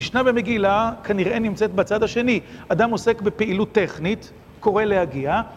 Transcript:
משנה במגילה כנראה נמצאת בצד השני, אדם עוסק בפעילות טכנית קורא להגיע.